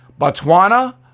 Botswana